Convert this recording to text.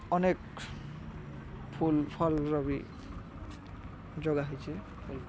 ଅନେକ୍ ଫୁଲ୍ ଫଲ୍ର ବିି ଯୋଗାହେଇଛେ